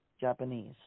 Japanese